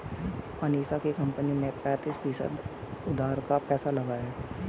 अनीशा की कंपनी में पैंतीस फीसद उधार का पैसा लगा है